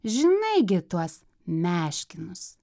žinai gi tuos meškinus